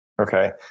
Okay